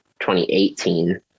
2018